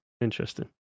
Interesting